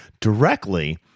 directly